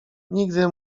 nigdy